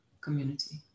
community